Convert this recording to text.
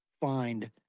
find